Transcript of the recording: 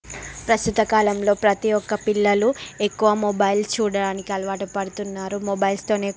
ప్రస్తుత కాలంలో ప్రతి ఒక్క పిల్లలు ఎక్కువ మొబైల్ చూడడానికి అలవాటు పడుతున్నారు మొబైల్స్తోనే